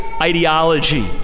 ideology